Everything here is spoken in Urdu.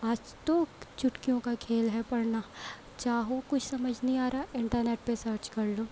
آج تو چٹکیوں کا کھیل ہے پڑھنا چاہو کچھ سمجھ نہیں آرہا ہے انٹرنیٹ پہ سرچ کر لو